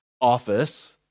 office